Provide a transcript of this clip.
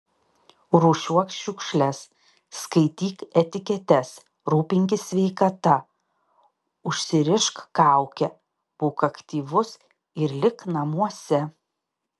rūšiuok šiukšles skaityk etiketes rūpinkis sveikata užsirišk kaukę būk aktyvus ir lik namuose